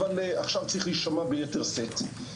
אבל עכשיו צריך להישמע ביתר שאת.